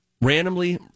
Randomly